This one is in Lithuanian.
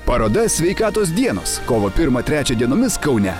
paroda sveikatos dienos kovo pirmą trečią dienomis kaune